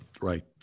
Right